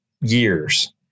years